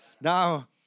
Now